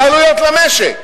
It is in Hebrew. זה עלויות למשק.